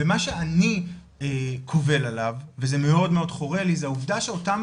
מה שאני קובל עליו וזה מאוד מאוד חורה לי זה העובדה שאותם